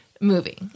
movie